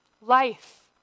Life